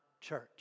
church